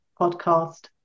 podcast